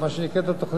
מספר הנפגעים,